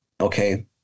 okay